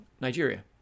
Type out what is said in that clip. Nigeria